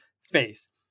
face